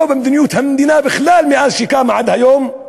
או במדיניות המדינה בכלל מאז שקמה ועד היום,